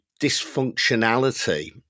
dysfunctionality